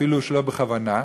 אפילו שלא בכוונה,